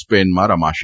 સ્પેનમાં રમાશે